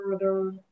further